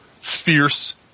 fierce